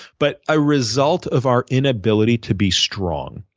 but a result of our inability to be strong.